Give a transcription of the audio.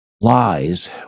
lies